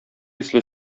исле